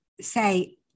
say